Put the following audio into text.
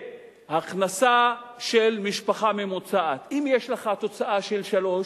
בהכנסה של משפחה ממוצעת, אם יש לך תוצאה של 3,